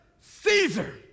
Caesar